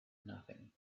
nothing